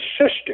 sister